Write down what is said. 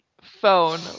phone